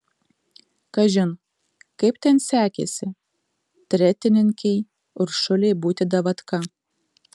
kažin kaip ten sekėsi tretininkei uršulei būti davatka